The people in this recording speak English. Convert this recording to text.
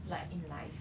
like in life